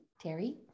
Terry